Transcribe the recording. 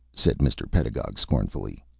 said mr. pedagog, scornfully.